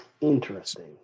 Interesting